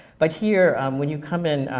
but here, when you come in,